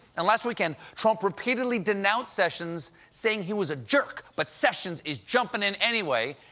and last weekend, trump repeatedly denounced sessions, saying he was a jerk. but sessions is jumping in anyway,